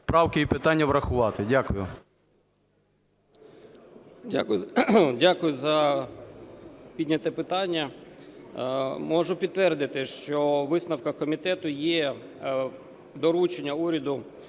Дякую за підняте питання. Можу підтвердити, що в висновках комітету є доручення уряду